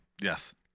Yes